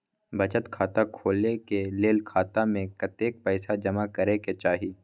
बचत खाता खोले के लेल खाता में कतेक पैसा जमा करे के चाही?